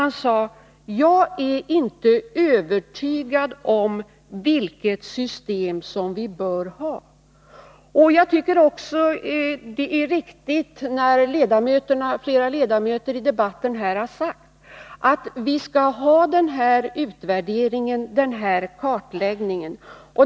Han sade: ”Jag är inte övertygad om vilket system som vi bör ha.” Det är också riktigt, som flera ledamöter har sagt i debatten, att vi skall ha denna utvärdering, denna kartläggning.